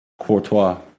Courtois